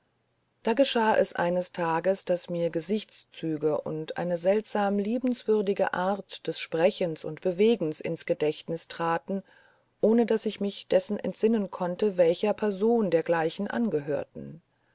da geschah es eines tages daß mir gesichtszüge und eine seltsam liebenswürdige art des sprechens und bewegens ins gedächtnis trat ohne daß ich mich dessen entsinnen konnte welcher person dergleichen angehörten